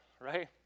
right